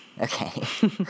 Okay